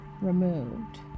removed